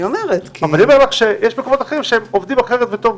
יש מקומות אחרים שעובדים אחרת וטוב.